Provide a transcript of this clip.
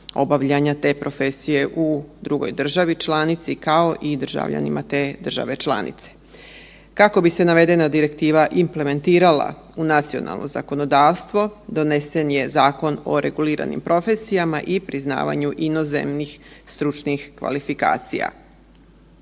obavljanja te profesije u drugoj državi članici kao i državljanima te države članice. Kako bi se navedena direktiva implementirala u nacionalno zakonodavstvo donesen je Zakon o reguliranim profesijama i priznavanju inozemnih stručnih kvalifikacija.